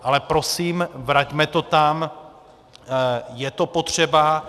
Ale prosím, vraťme to tam, je to potřeba.